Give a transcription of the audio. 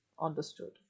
Understood